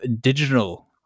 digital